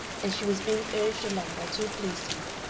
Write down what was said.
and she was being urged along by two policemen,